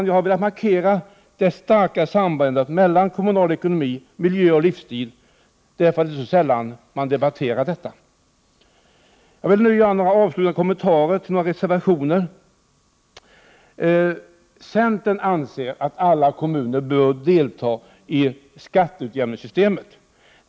Jag vill med detta markera det starka sambandet mellan den kommunala ekonomin, miljö och livsstil, därför att det så sällan debatteras. Avslutningsvis vill jag göra några kommentarer till några av reservationerna. Centern anser att alla kommuner bör delta i skatteutjämningssystemet.